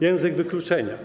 Język wykluczenia.